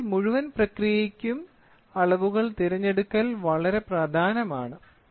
അതിനാൽ മുഴുവൻ പ്രക്രിയയ്ക്കും അളവുകൾ തിരഞ്ഞെടുക്കൽ വളരെ പ്രധാനമാണ്